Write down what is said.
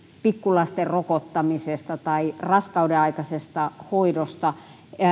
pikkulasten rokottamisesta tai raskaudenaikaisesta hoidosta